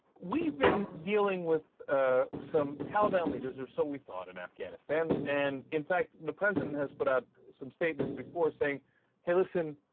we've been dealing with ah. some tell their leaders are so we thought in afghanistan and in fact the president has put out some statements before saying hey listen